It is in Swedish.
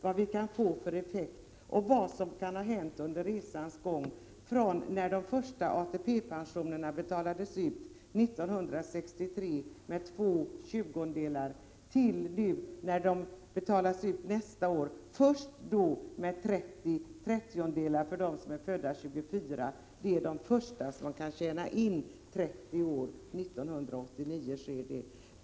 Vi skall undersöka vad som kan ha hänt under resans gång från 1963, när de första ATP-pensionerna betalades ut med två tjugondedelar, fram till nästa år när pension betalas ut med 30 trettiondedelar till personer som är födda 1924, vilka är de första som kunnat tjäna in 30 år.